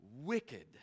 wicked